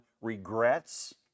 regrets